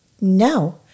No